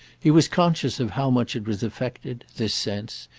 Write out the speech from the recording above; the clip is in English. he was conscious of how much it was affected, this sense,